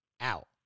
out